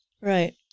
Right